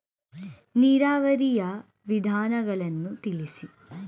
ನೀರಾವರಿಯ ವಿಧಾನಗಳನ್ನು ತಿಳಿಸಿ?